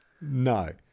No